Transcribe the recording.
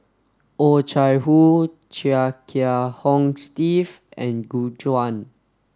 Oh Chai Hoo Chia Kiah Hong Steve and Gu Juan